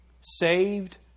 saved